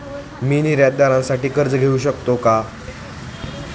मी निर्यातदारासाठी कर्ज घेऊ शकतो का?